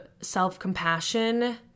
self-compassion